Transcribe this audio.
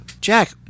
Jack